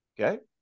Okay